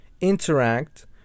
interact